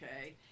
okay